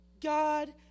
God